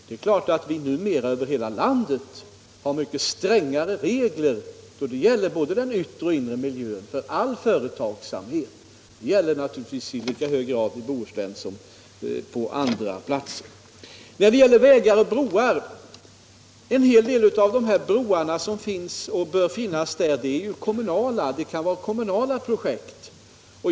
Det är klart att vi inom hela landet nu har mycket strängare regler för all företagsamhet då det gäller både den yttre och inre miljön. Det gäller naturligtvis i lika hög grad i Bohusläf som på andra platser. Beträffande vägar och broar så kan en hel del av de broar som finns och bör finnas i norra Bohuslän vara kommunala projekt.